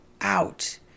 out